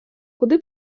куди